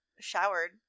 showered